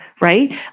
Right